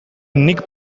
nik